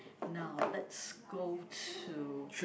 now let's go to